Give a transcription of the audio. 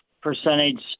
percentage